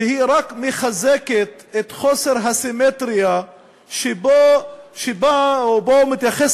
שהיא רק מחזקת את חוסר הסימטריה שבו מתייחס